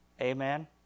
Amen